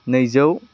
नैजौ